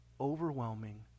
Overwhelming